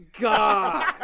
god